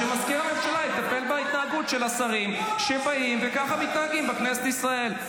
שמזכיר הממשלה יטפל בהתנהגות של השרים שבאים וככה מתנהגים בכנסת ישראל.